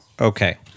Okay